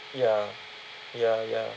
ya ya ya